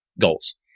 goals